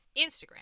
Instagram